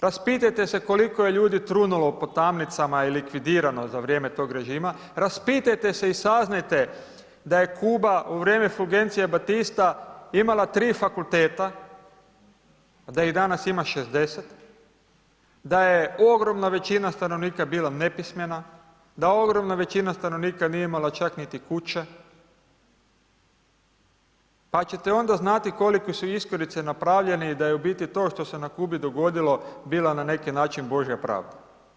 Raspitajte se koliko je ljudi trunulo po tamnicama i likvidirano za vrijeme tog režima, raspitajte se i saznajte da je Kuba u vrijeme Fulgencie Batista imala 3 fakulteta, da ih danas ima 60, da je ogromna većina stanovnika bila nepismena, da ogromna većina stanovnika nije imala čak niti kuće, pa ćete onda znati kolike su iskorice napravljeni i da je u biti to što se na Kubi dogodilo bila na neki način Božja pravda.